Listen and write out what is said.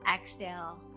Exhale